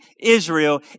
Israel